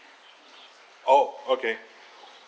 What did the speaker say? oh okay